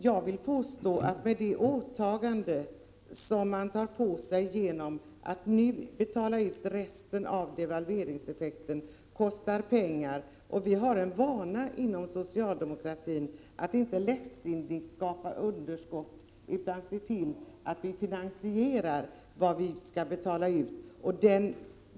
Åtagandet att betala ut resten av kompensationen för devalveringseffekten kostar pengar, och vi har en vana inom socialdemokratin att inte lättsinnigt skapa underskott utan se till att vi finansierar vad vi skall betala ut.